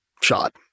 shot